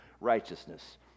righteousness